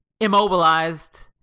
Immobilized